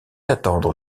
attendre